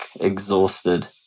exhausted